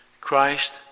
Christ